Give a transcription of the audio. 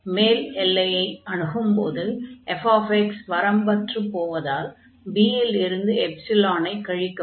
x மேல் எல்லையை அணுகும் போது fx வரம்பற்று போவதால் b இல் இருந்து எப்சிலானை கழிக்கவும்